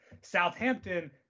Southampton